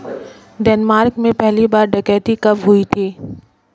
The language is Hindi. डेनमार्क में पहली बैंक डकैती कब हुई थी?